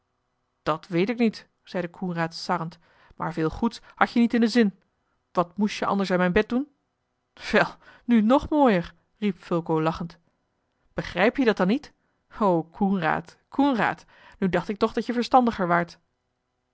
dat weet ik niet zeide coenraad sarrend maar veel goeds had-je niet in den zin wat moest je anders aan mijn bed doen wel nu nog mooier riep fulco lachend begrijp je dat dan niet o coenraad coenraad nu dacht ik toch dat je verstandiger waart